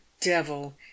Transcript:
devil